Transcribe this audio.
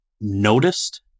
noticed